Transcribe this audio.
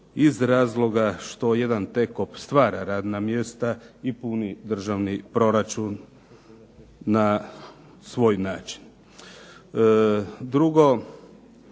iz razloga što jedan "TEKOP" stvara radna mjesta i puni državni proračun na svoj način. Drugo,